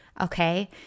Okay